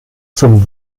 zum